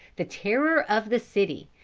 the terror of the city,